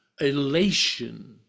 elation